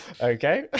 okay